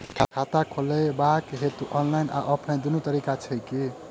खाता खोलेबाक हेतु ऑनलाइन आ ऑफलाइन दुनू तरीका छै की?